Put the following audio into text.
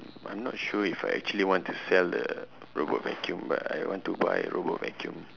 I am not sure if I actually want to sell the robot vacuum but I want to buy robot vacuum